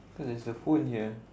cause there's a phone here